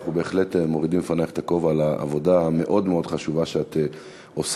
אנחנו בהחלט מורידים בפנייך את הכובע על העבודה המאוד-חשובה שאת עושה.